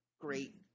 great